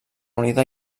unida